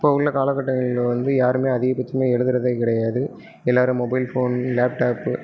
இப்போ உள்ள காலகட்டங்களில் வந்து யாருமே அதிகபட்சமாக எழுதுறதே கிடையாது எல்லாரும் மொபைல் ஃபோன் லேப்டாப்பு